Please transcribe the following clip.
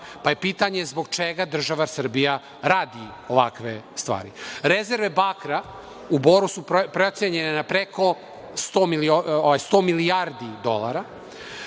Pa, je pitanje zbog čega država Srbija radi ovakve stvari? Rezerve bakra u Boru su procenjene na preko 100 milijardi dolara,